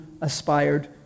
aspired